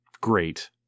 Great